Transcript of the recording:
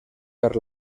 per